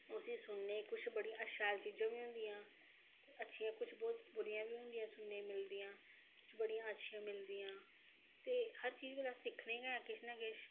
उसी सुनने कुछ बडी शैल चीजां वी होंदिया अच्छियां कुछ बहूत बुरिया बी होंदिया सुनने गी मिलदिया बडी अच्छिया मिलदियां ते हर चीज कोला सिक्खने गै हां किश ना किश